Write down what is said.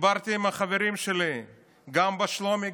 דיברתי עם החברים שלי גם בשלומי,